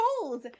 cold